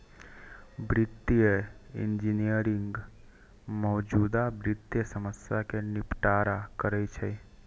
वित्तीय इंजीनियरिंग मौजूदा वित्तीय समस्या कें निपटारा करै छै